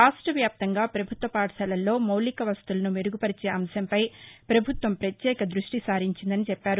రాష్ట్ర వ్యాప్తంగా ప్రభుత్వ పాఠశాలల్లో మౌలిక వసతులను మెరుగుపరిచే అంశంపై ప్రభుత్వం ప్రత్యేక దృష్టి సారించిందని చెప్పారు